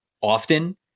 often